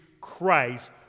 Christ